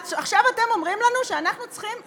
עכשיו אתם אומרים לנו שאנחנו צריכים,